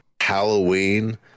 Halloween